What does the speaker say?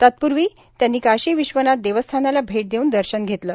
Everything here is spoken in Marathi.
तत्पूर्वी त्यांनी काशी विश्वनाथ देवस्थानाला भैट देऊन दर्शन घेतलं